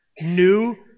new